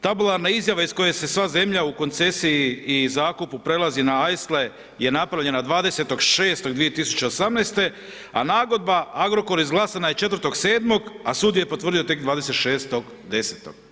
Tabularna izjava iz koje se sva zemlja u koncesiji i zakupu prelazi na Eisele je napravljena 20.6.2018. a nagodba Agrokora izglasana je 4.7. a sud ju je potvrdio tek 26.10.